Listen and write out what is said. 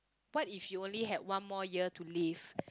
what if you only had one more year to live